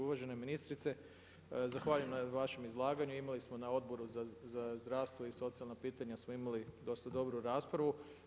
Uvažena ministrice, zahvaljujem na vašem izlaganju, imali smo na Odboru za zdravstvo i socijalno pitanje smo imali dosta dobru raspravu.